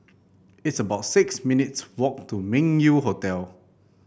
it's about six minutes' walk to Meng Yew Hotel